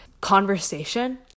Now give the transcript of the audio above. conversation